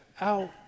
out